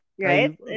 Right